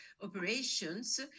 operations